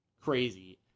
crazy